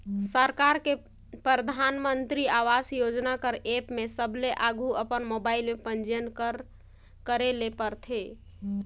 सरकार के परधानमंतरी आवास योजना कर एप में सबले आघु अपन मोबाइल में पंजीयन करे ले परथे